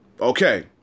Okay